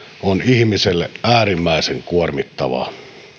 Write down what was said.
ihmiselle äärimmäisen kuormittavaa